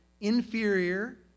inferior